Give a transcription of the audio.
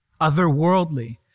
otherworldly